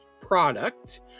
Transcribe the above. product